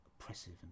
oppressive